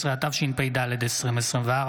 16), התשפ"ד 2024,